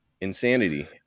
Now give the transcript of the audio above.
Insanity